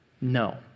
No